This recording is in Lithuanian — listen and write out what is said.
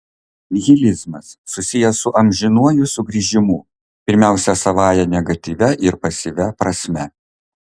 nihilizmas susijęs su amžinuoju sugrįžimu pirmiausia savąja negatyvia ir pasyvia prasme